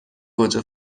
گوجه